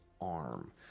arm